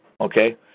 Okay